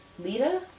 Lita